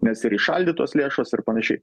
nes ir įšaldytos lėšos ir panašiai